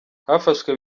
hafashwe